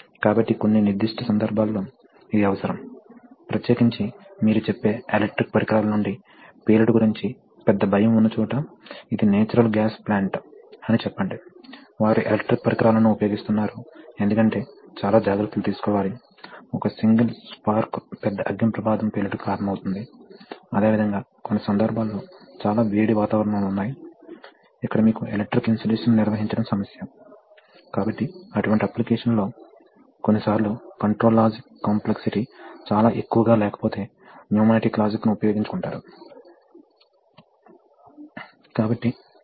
కాబట్టి తదుపరి ఉదాహరణలో ఏమి జరుగుతుందంటే అంటే మేము ఇంకా రెసిప్రొకేషన్ సర్క్యూట్లను కలిగి ఉన్నాము కానీ ఇప్పుడు మనం రీజనరేటివ్ కాన్ఫిగరేషన్ ను కలిగి ఉన్నాము రీజనరేటివ్ కాన్ఫిగరేషన్ అంటే ఏమిటి కాబట్టి ఇంతకు ముందు మీరు చూశారు సిలిండర్ను ఒక చివరకి తరలించండి మీరు రాడ్ను విస్తరించాలని అనుకుందాం కాబట్టి మీరు ద్రవాన్ని క్యాప్ ఎండ్ లోకి నెట్టివేస్తారు మరియు రాడ్ వద్ద ద్రవం బయటకు వస్తుంది